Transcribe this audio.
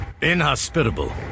inhospitable